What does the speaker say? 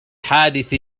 حادث